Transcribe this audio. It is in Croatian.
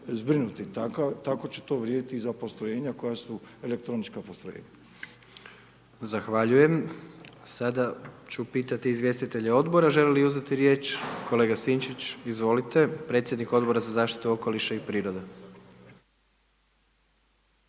tako će to vrijediti i za postrojenja koja su elektronička postrojenja. **Jandroković, Gordan (HDZ)** Zahvaljujem. Sada ću pitati izvjestitelje odbora želi li uzeti riječ. Kolega Sinčić, izvolite, predsjednik Odbora za zaštitu okoliša i prirode.